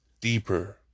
deeper